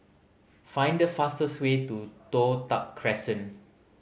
find the fastest way to Toh Tuck Crescent